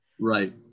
Right